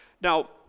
Now